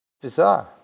Bizarre